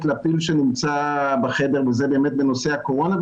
לפי שנמצא בחדר וזה באמת בנושא הקורונה,